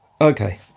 Okay